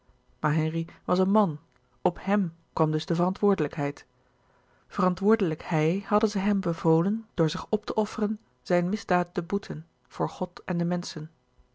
henri was een man op hèm kwam dus de verantwoordelijkheid verantwoordelijk hij hadden zij hem bevolen door zich op te offeren louis couperus de boeken der kleine zielen zijn misdaad te boeten voor god en de menschen